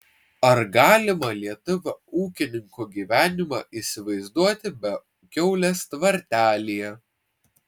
ar galima lietuvio ūkininko gyvenimą įsivaizduoti be kiaulės tvartelyje